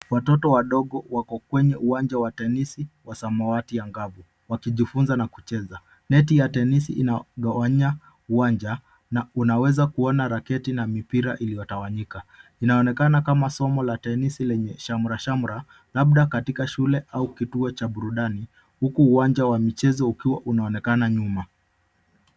Watoto wadogo wako kwenye uwanja wa tenisi wa samawati angavu wakijifunza na kucheza. Neti ya tenisi inagawanya uwanja na unaweza kuona raketi na mipira iliyotawanyika. Inaonekana kama somo la tenisi lenye shamrashamra labda katika shule au kituo cha burudani, huku uwanja wa michezo ukiwa unaonekana nyuma.